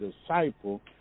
disciple